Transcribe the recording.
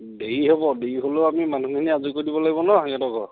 দেৰি হ'ব দেৰি হ'লেও আমি মানুহখিনি আজৰি কৰি দিব লাগিব ন সিহঁতৰ ঘৰত